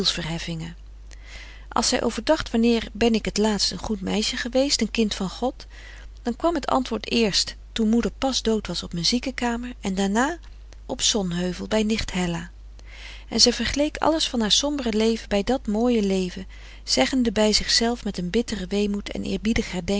als zij overdacht wanneer ben ik t laatst een goed meisje geweest een kind van god dan kwam het antwoord eerst toen moeder pas dood was op mijn ziekekamer en daarna op zonheuvel bij nicht hella en zij vergeleek alles van haar sombere leven bij dat mooie leven zeggende bij zich zelf met een bitteren weemoed en eerbiedig